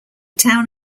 town